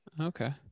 Okay